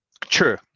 True